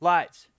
Lights